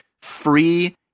free